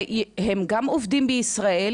שהם גם עובדים בישראל,